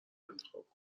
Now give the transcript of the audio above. انتخاب